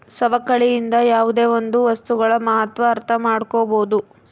ಸವಕಳಿಯಿಂದ ಯಾವುದೇ ಒಂದು ವಸ್ತುಗಳ ಮಹತ್ವ ಅರ್ಥ ಮಾಡ್ಕೋಬೋದು